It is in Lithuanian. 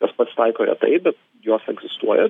jos pasitaiko retai bet jos egzistuoja